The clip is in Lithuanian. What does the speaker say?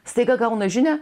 staiga gauna žinią